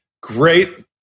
Great